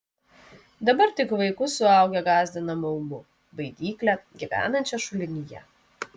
dabar tik vaikus suaugę gąsdina maumu baidykle gyvenančia šulinyje